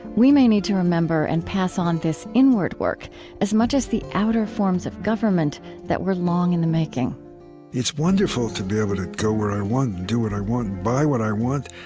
we may need to remember and pass on this inward work as much as the outer forms of government that were long in the making it's wonderful to be able to go where i want and do what i want and buy what i want,